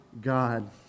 God